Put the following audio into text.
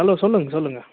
hello சொல்லுங்கள் சொல்லுங்கள்